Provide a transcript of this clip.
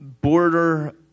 border